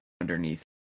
underneath